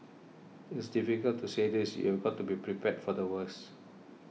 it's difficult to say this you've got to be prepared for the worst